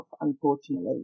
unfortunately